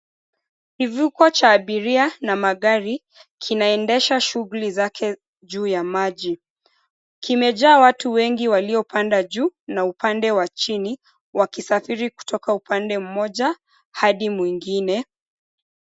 Kivuko cha abiria na magari kinaendesha shughuli zake juu ya maji. Kimejaa watu wengi waliopanda juu na upande wa chini, wakisafiri kutoka upande mmoja hadi mwingine.